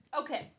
Okay